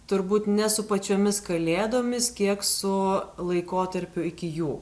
turbūt ne su pačiomis kalėdomis kiek su laikotarpiu iki jų